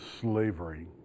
slavery